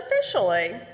officially